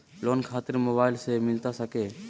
Loan खातिर mobile से मिलता सके?